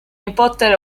nipote